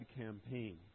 campaign